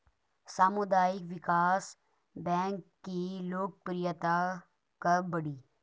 सामुदायिक विकास बैंक की लोकप्रियता कब बढ़ी?